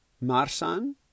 Marsan